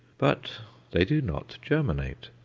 but they do not germinate.